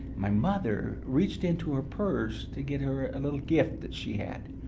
my mother reached into her purse to give her a little gift that she had,